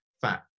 fat